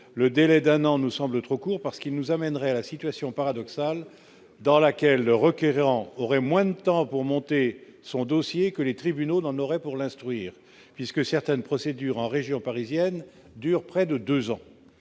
le délai d'un an, nous semble trop court par qui nous amènerait à la situation paradoxale dans laquelle le requérant aurait moins de temps pour monter son dossier que les tribunaux dans le aurait pour l'instruire puisque certaines procédures en région parisienne, dure près de 2 ans